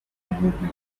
movements